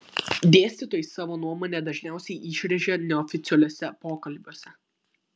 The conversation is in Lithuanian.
dėstytojai savo nuomonę dažniausiai išrėžia neoficialiuose pokalbiuose